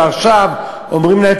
ועכשיו אומרים להם,